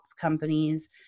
companies